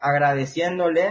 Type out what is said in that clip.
agradeciéndole